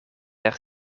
per